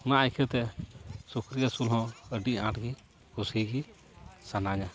ᱚᱱᱟ ᱤᱱᱠᱟᱹᱛᱮ ᱥᱩᱠᱨᱤ ᱟᱹᱥᱩᱞ ᱦᱚᱸ ᱟᱹᱰᱤ ᱟᱸᱴ ᱜᱮ ᱠᱩᱥᱤᱜᱮ ᱥᱟᱱᱟᱧᱟ